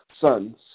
sons